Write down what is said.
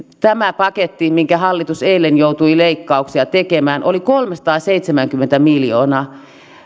tämä paketti minkä hallitus eilen joutui leikkauksia tekemään oli kolmesataaseitsemänkymmentä miljoonaa